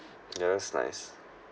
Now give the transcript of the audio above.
yeah that's nice